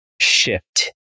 shift